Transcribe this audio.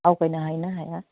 आवगायनो हायो ना हाया